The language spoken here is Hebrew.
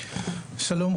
שלום.